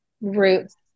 roots